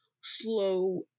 slow